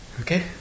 Okay